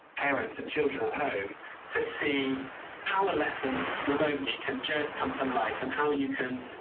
parents and children at home to see how a lesson remotely can just come to life and how you can,